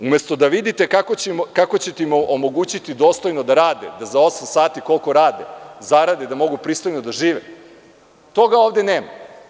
Umesto da vidite kako ćete im omogućiti dostojno da rade, da za osam sati koliko rade zarade da mogu pristojno da žive, toga ovde nema.